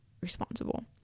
responsible